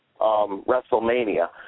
WrestleMania